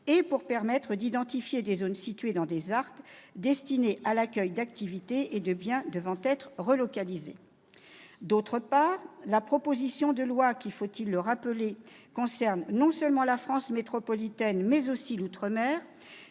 la possibilité d'identifier des espaces situés dans des ZART et destinés à l'accueil d'activités et de biens devant être relocalisés. En outre, la proposition de loi, qui- faut-il le rappeler ? -concerne non seulement la France continentale, mais aussi l'outre-mer,